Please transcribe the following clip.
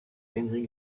henryk